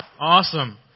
Awesome